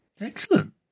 Excellent